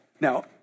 Now